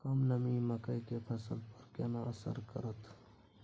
कम नमी मकई के फसल पर केना असर करतय?